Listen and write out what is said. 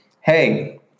Hey